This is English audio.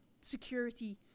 security